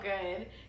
good